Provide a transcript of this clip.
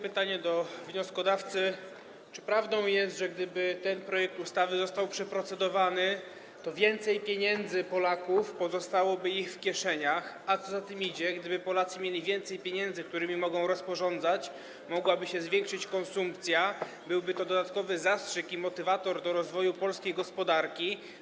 Pytanie do wnioskodawcy: Czy prawdą jest, że gdyby ten projekt ustawy został przeprocedowany, to więcej pieniędzy Polaków pozostałoby im w kieszeniach, a co za tym idzie, gdyby Polacy mieli więcej pieniędzy, którymi mogą rozporządzać, mogłaby się zwiększyć konsumpcja, byłby to dodatkowy zastrzyk i motywator do rozwoju polskiej gospodarki?